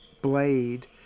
blade